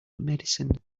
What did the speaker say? medicine